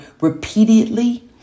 repeatedly